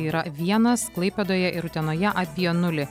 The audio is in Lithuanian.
yra vienas klaipėdoje ir utenoje apie nulį